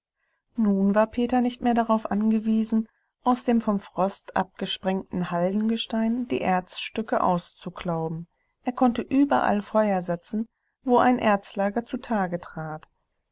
nun war peter nicht mehr darauf angewiesen aus dem vom frost abgesprengten haldengestein die erzstücke auszuklauben er konnte überall feuer setzen wo ein erzlager zutage trat